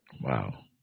Wow